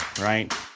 right